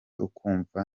ukumva